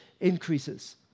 increases